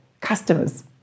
customers